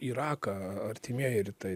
iraką artimieji rytai